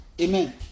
Amen